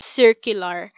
circular